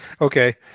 Okay